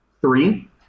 Three